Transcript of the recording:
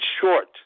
short